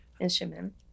instrument